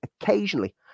occasionally